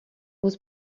was